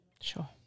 Sure